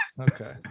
Okay